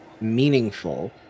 meaningful